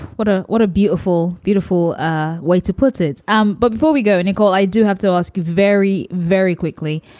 what a what a beautiful, beautiful way to put it. um but before we go, nicole, i do have to ask you very, very quickly,